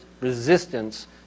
resistance